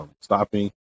stopping